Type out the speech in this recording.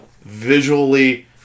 Visually